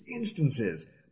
instances